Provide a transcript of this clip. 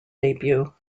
debut